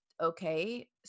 okay